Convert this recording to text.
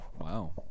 Wow